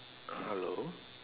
hello